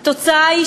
התוצאה היא,